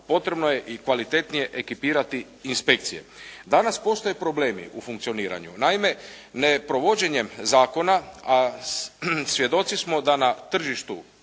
potrebno je i kvalitetnije ekipirati inspekcije. Danas postoje problemi u funkcioniranju. Naime, ne provođenjem zakona, a svjedoci smo da na tržištu,